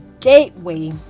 gateway